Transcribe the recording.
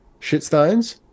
Shitstones